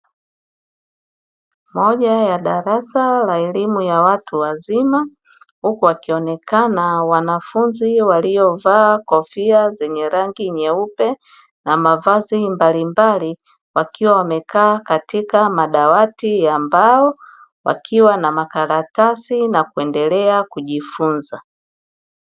Moja ya darasa la elimu ya watu wazima huku wakionekana wanafunzi waliovaa kofia zenye rangi nyeupe na mavazi mbalimbali wakiwa wamekaa katika madawati ya mbao wakiwa na makaratasi na kuendelea kujifunza.